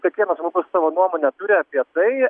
kiekvienas žmogus savo nuomonę turi apie tai